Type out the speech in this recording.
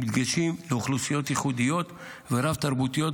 עם דגשים לאוכלוסיות ייחודיות ורב-תרבותיות,